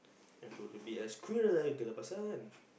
have to to be as cruel to the person